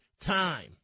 Time